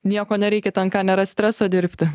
nieko nereikia ten ką nėra streso dirbti